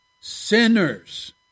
sinners